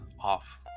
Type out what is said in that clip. off